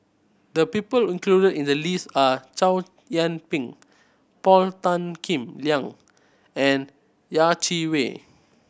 the people included in the list are Chow Yian Ping Paul Tan Kim Liang and Yeh Chi Wei